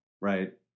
Right